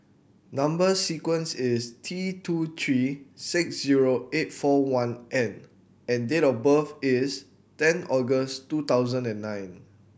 number sequence is T two three six zero eight four one N and date of birth is ten August two thousand and nine